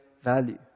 value